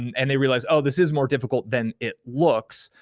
and they realize, oh, this is more difficult than it looks.